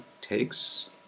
takes